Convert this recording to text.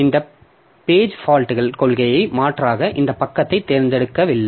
இந்த பேஜ் பால்ட்க் கொள்கை மாற்றாக இந்தப் பக்கத்தைத் தேர்ந்தெடுக்கவில்லை